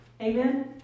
amen